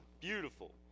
beautiful